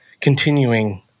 continuing